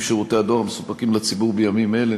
שירותי הדואר המסופקים לציבור בימים אלה,